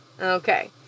Okay